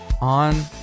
on